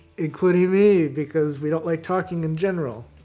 including me, because we don't like talking, in general.